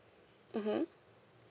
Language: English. mmhmm